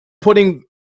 putting